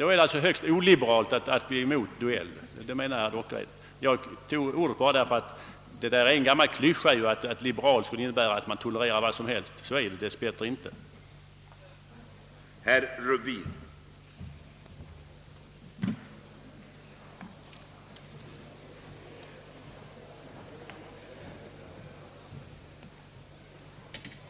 att de är högst oliberalt att motsätta sig dueller? Jag tog upp saken enbart därför att det är en gammal klyscha att man som liberal skulle tolerera vad som helst. Så är dess bättre inte förhållandet.